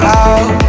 out